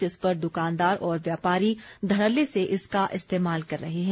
जिस पर दुकानदार और व्यापारी धड़ल्ले से इसका इस्तेमाल कर रहे हैं